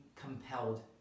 compelled